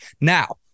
now